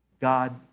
God